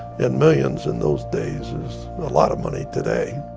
and millions in those days is a lot of money today.